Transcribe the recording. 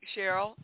Cheryl